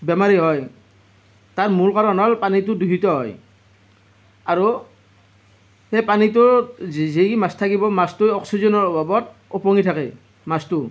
বেমাৰী হয় তাৰ মূল কাৰণ হ'ল পানীটো দূষিত হয় আৰু সেই পানীটোত যি যি মাছ থাকিব মাছটোৱে অক্সিজেনৰ অভাৱত উপঙি থাকে মাছটো